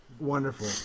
Wonderful